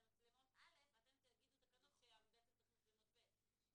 מצלמות א' אתם תתקנו תקנות שבעצם צריך מצלמות ב'.